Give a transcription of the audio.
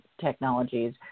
technologies